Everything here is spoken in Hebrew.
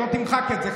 שלא תמחק את זה,